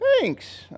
Thanks